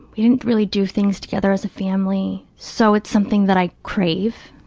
we didn't really do things together as a family. so, it's something that i crave,